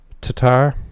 Tatar